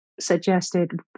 suggested